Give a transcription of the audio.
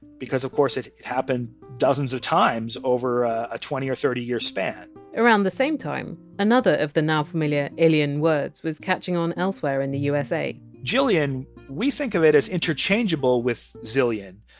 because of course it it happened dozens of times over a ah twenty or thirty year span around the same time, another of the now familiar illion words was catching on elsewhere in the usa jillion we think of it as interchangeable with zillion.